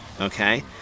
okay